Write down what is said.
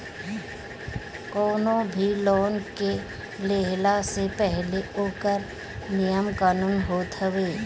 कवनो भी लोन के लेहला से पहिले ओकर नियम कानून होत हवे